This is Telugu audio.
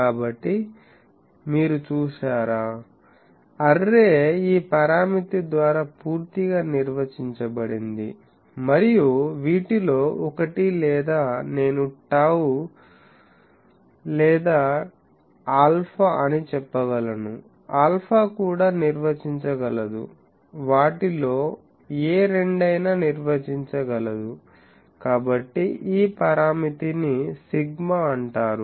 కాబట్టి మీరు చూశారా అర్రే ఈ పరామితి ద్వారా పూర్తిగా నిర్వచించబడింది మరియు వీటిలో ఒకటి లేదా నేను టౌ dn బై 2 ln లేదా ఆల్ఫా అని చెప్పగలను ఆల్ఫా కూడా నిర్వచించగలదు వాటిలోఏ రెండైనా నిర్వచించగలదు కాబట్టి ఈ పరామితిని సిగ్మా అంటారు